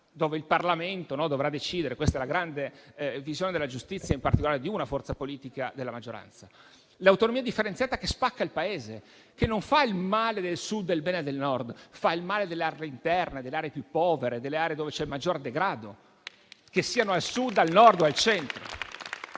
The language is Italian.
cui il Parlamento dovrà decidere (questa è la grande visione della giustizia, in particolare di una forza politica della maggioranza). Ricordo poi l'autonomia differenziata, che spacca il Paese e non fa il male del Sud e il bene del Nord, ma il male delle aree interne e più povere, dove c'è maggior degrado, che siano al Sud, al Nord o al Centro.